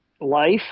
life